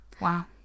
Wow